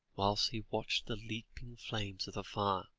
whilst he watched the leaping flames of the fire